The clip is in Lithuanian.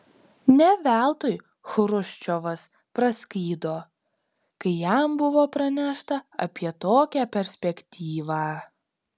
ne veltui chruščiovas praskydo kai jam buvo pranešta apie tokią perspektyvą